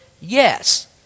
yes